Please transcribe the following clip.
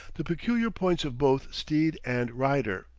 the peculiar points of both steed and rider.